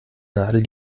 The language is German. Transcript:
nadel